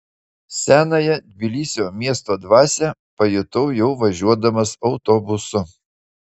senąją tbilisio miesto dvasią pajutau jau važiuodamas autobusu